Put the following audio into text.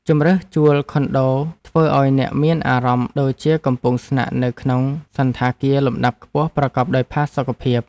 ជម្រើសជួលខុនដូធ្វើឱ្យអ្នកមានអារម្មណ៍ដូចជាកំពុងស្នាក់នៅក្នុងសណ្ឋាគារលំដាប់ខ្ពស់ប្រកបដោយផាសុកភាព។